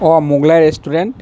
অঁ মোগলাই ৰেষ্টুৰেণ্ট